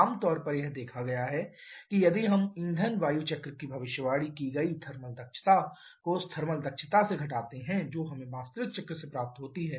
आमतौर पर यह देखा गया है कि यदि हम ईंधन वायु चक्र की भविष्यवाणी की गई थर्मल दक्षता को उस थर्मल दक्षता से घटाते हैं जो हमें वास्तविक चक्र से प्राप्त होती है